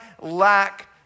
lack